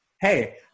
hey